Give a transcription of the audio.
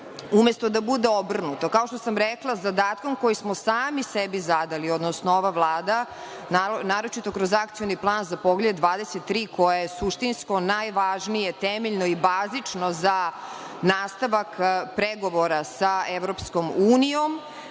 umesto da bude obrnuto. Kao što sam rekla, zadatkom koji smo sebi zadali, odnosno ova Vlada, naročito kroz akcioni plan za Poglavlje 23. koje je suštinsko najvažnije, temeljno i bazično za nastavak pregovora sa EU, ovim